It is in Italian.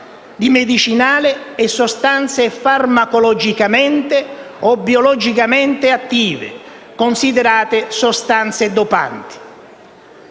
di medicinali e sostanze farmacologicamente o biologicamente attive considerate sostanze dopanti.